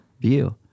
view